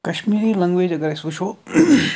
Kashmiri language اَگر أسۍ وٕچھو